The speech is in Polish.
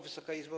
Wysoka Izbo!